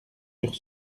sur